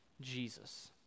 Jesus